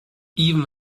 even